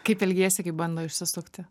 kaip elgiesi kai bando išsisukti